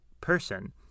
person